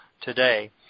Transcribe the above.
today